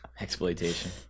Exploitation